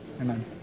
amen